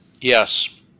Yes